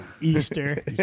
easter